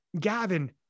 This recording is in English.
Gavin